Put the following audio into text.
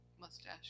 mustache